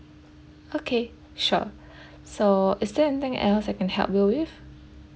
okay sure so is there anything else I can help you with